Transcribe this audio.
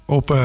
op